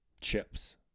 chips